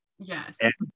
Yes